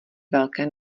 velké